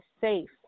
safe